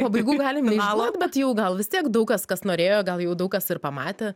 pabaigų galim neišduot bet jau gal vis tiek daug kas kas norėjo gal jau daug kas ir pamatė